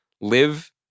live